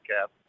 cap